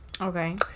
Okay